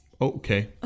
Okay